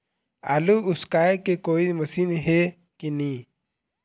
आलू उसकाय के कोई मशीन हे कि नी?